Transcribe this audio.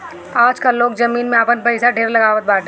आजकाल लोग जमीन में आपन पईसा ढेर लगावत बाटे